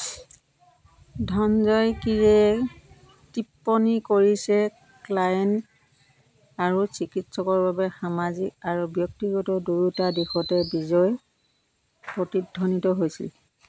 ধনঞ্জয় কীৰে টিপ্পনী কৰিছে ক্লায়েণ্ট আৰু চিকিৎসকৰ বাবে সামাজিক আৰু ব্যক্তিগত দুয়োটা দিশতে বিজয় প্ৰতিধ্বনিত হৈছিল